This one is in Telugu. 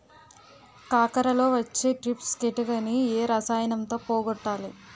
కాకరలో వచ్చే ట్రిప్స్ కిటకని ఏ రసాయనంతో పోగొట్టాలి?